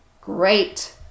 Great